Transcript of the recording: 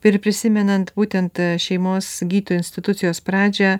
ir prisimenant būtent šeimos gydytojų institucijos pradžią